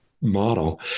model